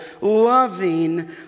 loving